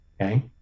okay